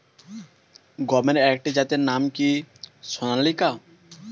গমের আরেকটি জাতের নাম কি সোনালিকা?